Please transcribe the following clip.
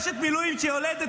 אשת מילואים שיולדת,